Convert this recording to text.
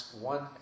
one